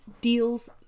deals